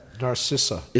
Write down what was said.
Narcissa